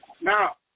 Now